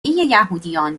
یهودیان